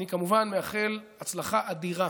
אני כמובן מאחל הצלחה אדירה